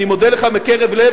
אני מודה לך מקרב לב,